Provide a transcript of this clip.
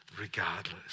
regardless